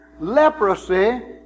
Leprosy